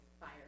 Fire